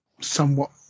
somewhat